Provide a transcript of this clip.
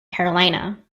carolina